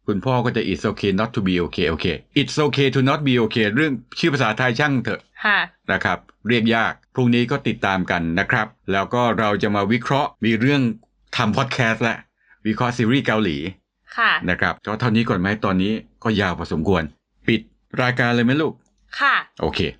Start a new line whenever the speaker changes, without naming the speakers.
คุณพ่อก็จะ It's Okay Not to Be Okay okay It's Okay to Not Be Okay เรื่องชื่อภาษาไทยช่างเถอะ
ค่ะ
นะครับ เรียกยาก พรุ่งนี้ก็ติดตามกันนะครับ แล้วก็เราจะมาวิเคราะห์ มีเรื่องทำพอดแคสต์และวิเคราะห์ซีรีส์เกาหลี
ค่ะ
นะครับ ก็เท่านี้ก่อนไหม? ตอนนี้ก็ยาวพอสมควร ปิดรายการเลยไหมลูก?
ค่ะ
โอเค